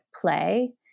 play